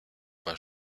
pas